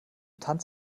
tanz